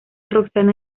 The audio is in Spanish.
roxana